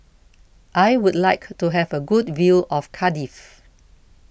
I would like to have a good view of Cardiff